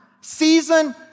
Season